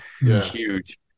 huge